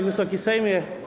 Wysoki Sejmie!